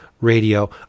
radio